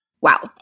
wow